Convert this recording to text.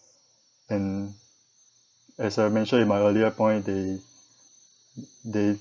and as I mentioned in my earlier point they they